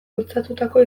bultzatutako